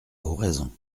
oraison